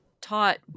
taught